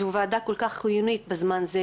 זו ועדה חיונית בזמן זה,